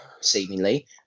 seemingly